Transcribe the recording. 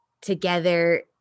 together